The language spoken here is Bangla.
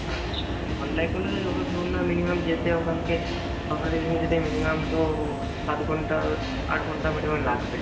আচ্ছা ঘণ্টায় করলে তো ধরুন না মিনিমাম যেতে ওখানে যেতে মিনিমাম তো সাত ঘণ্টা আট ঘণ্টা মিনিমাম লাগবে